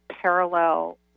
parallel